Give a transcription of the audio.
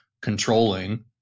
controlling